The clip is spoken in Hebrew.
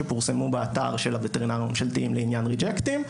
שפורסמו באתר של הווטרינרים בממשלתיים לעניין ריג'קטים,